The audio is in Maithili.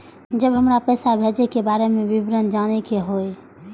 जब हमरा पैसा भेजय के बारे में विवरण जानय के होय?